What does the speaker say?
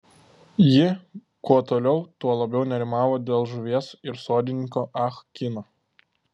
ji kuo toliau tuo labiau nerimavo dėl žuvies ir sodininko ah kino